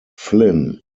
flynn